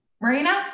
Marina